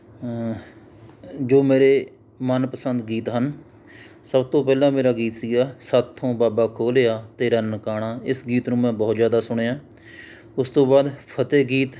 ਜੋ ਮੇਰੇ ਮਨਪਸੰਦ ਗੀਤ ਹਨ ਸਭ ਤੋਂ ਪਹਿਲਾਂ ਮੇਰਾ ਗੀਤ ਸੀਗਾ ਸਾਡੇ ਤੋਂ ਬਾਬਾ ਖੋਹ ਲਿਆ ਤੇਰਾ ਨਨਕਾਣਾ ਇਸ ਗੀਤ ਨੂੰ ਮੈਂ ਬਹੁਤ ਜ਼ਿਆਦਾ ਸੁਣਿਆ ਉਸ ਤੋਂ ਬਾਅਦ ਫਤਹਿ ਗੀਤ